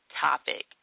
topic